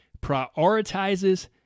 prioritizes